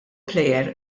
plejer